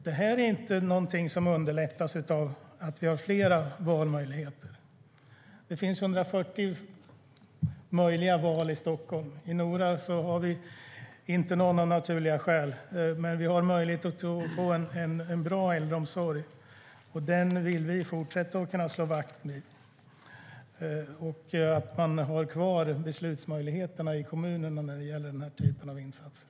Detta är ingenting som underlättas av att vi har fler valmöjligheter. Det finns 140 möjliga val i Stockholm. I Nora har vi av naturliga skäl inte några. Men vi har möjlighet att få en bra äldreomsorg, och den vill vi fortsätta att slå vakt om. Vi anser att man ska ha kvar beslutsmöjligheterna i kommunerna när det gäller denna typ av insatser.